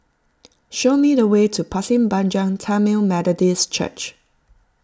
show me the way to Pasir Panjang Tamil Methodist Church